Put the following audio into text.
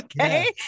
Okay